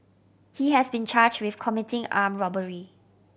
he has been charged with committing armed robbery